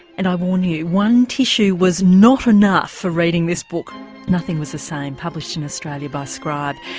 and i warn you one tissue was not enough for reading this book nothing was the same published in australia by scribe.